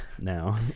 now